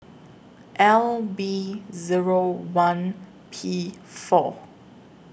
L B Zero one P four